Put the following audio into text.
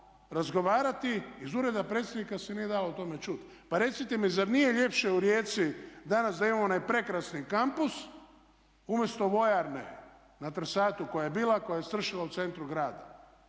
iz ureda predsjednika se nije dalo o tome čuti. Pa recite mi zar nije ljepše u Rijeci danas da imamo onaj prekrasni kampus umjesto vojarne na Trsatu koja je bila, koja je stršala u centru grada?